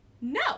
no